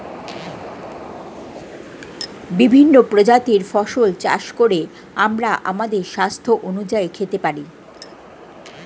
বিভিন্ন প্রজাতির ফসল চাষ করে আমরা আমাদের স্বাস্থ্য অনুযায়ী খেতে পারি